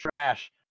trash